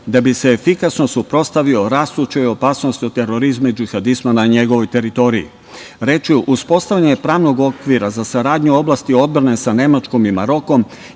da bi se efikasno suprotstavio rastućoj opasnosti od terorizma i džihadizma na njegovoj teritoriji. Uspostavljanje pravnog okvira za saradnju u oblasti odbrane sa Nemačkom i Marokom